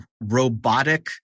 robotic